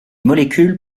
molécules